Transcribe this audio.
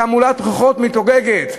תעמולת בחירות ממותגת.